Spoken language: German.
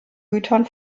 gütern